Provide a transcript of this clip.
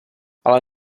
ale